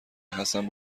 حسن